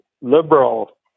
liberal